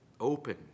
open